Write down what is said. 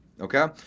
Okay